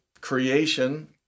creation